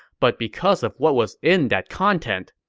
but because of what was in that content.